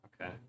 okay